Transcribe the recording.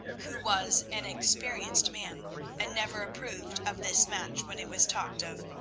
who was an experienced man and never approved of this match when it was talked of.